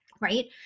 right